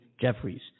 Jeffries